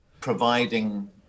providing